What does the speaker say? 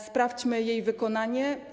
Sprawdźmy jej wykonanie.